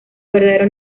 verdadero